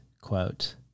quote